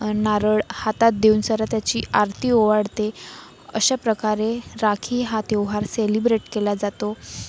नारळ हातात देऊनसरा त्याची आरती ओवाळते अशा प्रकारे राखी हा त्यौहार सेलिब्रेट केला जातो